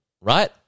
right